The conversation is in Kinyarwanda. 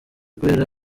kubera